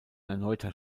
erneuter